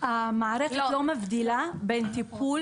לא מבדילה בין מטופל